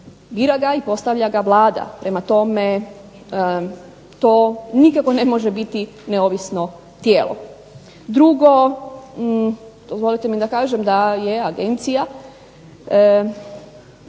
Bira ga i postavlja ga Vlada. Prema tome, to nikako ne može biti neovisno tijelo. Drugo, dozvolite mi da kažem da je Agencija